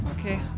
Okay